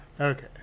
okay